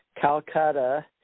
Calcutta